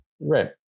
Right